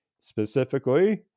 Specifically